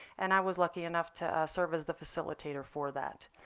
and i was lucky enough to serve as the facilitator for that.